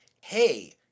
Hey